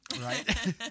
Right